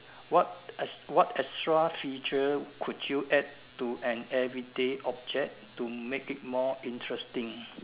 what ex~ what extra feature could you add to an everyday object to make it more interesting